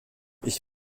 ich